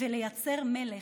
ולייצר מלך.